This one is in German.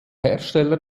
hersteller